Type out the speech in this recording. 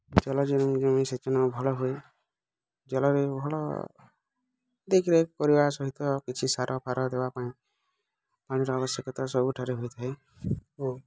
ଜଲ ସେଚନ ଭଲ ହୁଏ ଜଳରେ ଭଲ ଦେଖ୍ ରେଖ୍ କରିବା ସହିତ କିଛି ସାରଫାର ଦବା ପାଇଁ ପାଣିର ଆବଶ୍ୟକତା ସବୁଠାରେ ହୋଇଥାଏ ଓ